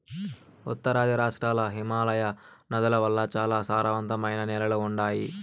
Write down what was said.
ఉత్తరాది రాష్ట్రాల్ల హిమాలయ నదుల వల్ల చాలా సారవంతమైన నేలలు ఉండాయి